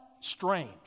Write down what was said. strange